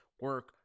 Work